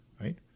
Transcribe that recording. right